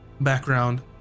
background